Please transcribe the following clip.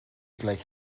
gleich